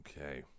Okay